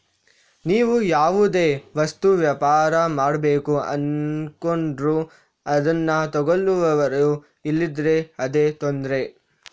ನೀವು ಯಾವುದೋ ವಸ್ತು ವ್ಯಾಪಾರ ಮಾಡ್ಬೇಕು ಅಂದ್ಕೊಂಡ್ರು ಅದ್ನ ತಗೊಳ್ಳುವವರು ಇಲ್ದಿದ್ರೆ ಇದೇ ತೊಂದ್ರೆ